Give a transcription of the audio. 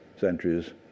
centuries